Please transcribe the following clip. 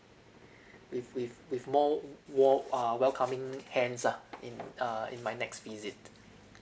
with with with more warm uh welcoming hands ah in uh in my next visit